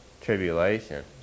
tribulation